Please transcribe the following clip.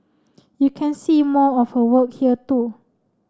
you can see more of her work here too